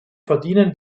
verdienen